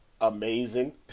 amazing